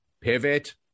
pivot